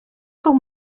com